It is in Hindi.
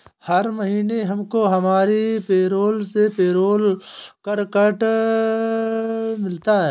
हर महीने हमको हमारी पेरोल से पेरोल कर कट कर मिलता है